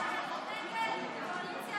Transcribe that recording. (קוראת בשמות חברי